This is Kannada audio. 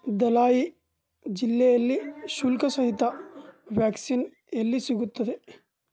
ಧಲಾಯೀ ಜಿಲ್ಲೆಯಲ್ಲಿ ಶುಲ್ಕಸಹಿತ ವ್ಯಾಕ್ಸಿನ್ ಎಲ್ಲಿ ಸಿಗುತ್ತದೆ